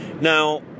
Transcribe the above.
Now